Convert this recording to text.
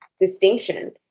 distinction